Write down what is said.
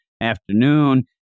Afternoon